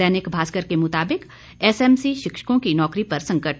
दैनिक भास्कर के मुताबिक एसएमसी शिक्षकों की नौकरी पर संकट